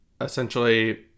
Essentially